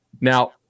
now